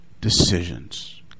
decisions